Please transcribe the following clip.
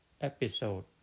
episode